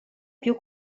più